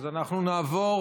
אנחנו נעבור